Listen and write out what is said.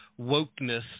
wokeness